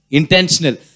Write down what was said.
intentional